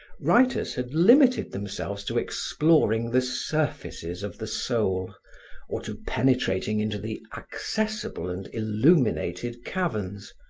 writers had limited themselves to exploring the surfaces of the soul or to penetrating into the accessible and illuminated caverns,